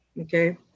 okay